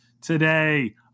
today